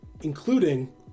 including